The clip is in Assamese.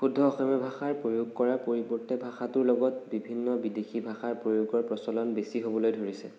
শুদ্ধ অসমীয়া ভাষাৰ প্ৰয়োগ কৰাৰ পৰিৱৰ্তে ভাষাটোৰ লগত বিভিন্ন বিদেশী ভাষাৰ প্ৰয়োগৰ প্ৰচলন বেছি হ'বলৈ ধৰিছে